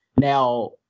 Now